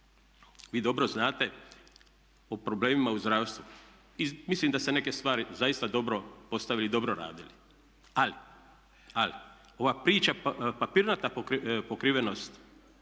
Vi dobro znate o problemima u zdravstvu i mislim da ste neke stvari zaista dobro postavili i dobro radili. Ali ova priča papirnata pokrivenost